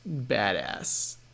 badass